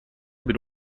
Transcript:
bir